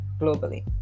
globally